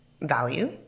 value